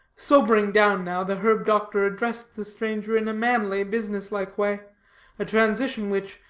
sobering down now, the herb-doctor addressed the stranger in a manly, business-like way a transition which,